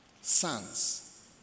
sons